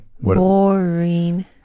boring